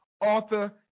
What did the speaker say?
author